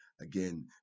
Again